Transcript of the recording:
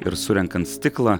ir surenkant stiklą